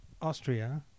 Austria